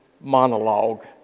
monologue